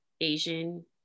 Asian